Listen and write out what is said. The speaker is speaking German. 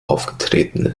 aufgetreten